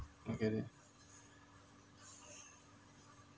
I get it